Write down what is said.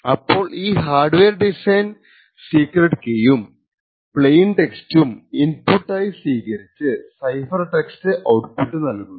അപ്പോൾ ഈ hardware design secret കീയും പ്ലെയിൻ ടെക്സ്സ്റ്റും ഇൻപുട്ട് ആയി സ്വീകരിച്ച് സൈഫർ ടെക്സ്റ്റ് ഔട്ട്പുട്ട് നൽകുന്നു